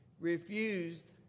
refused